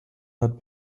not